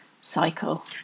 cycle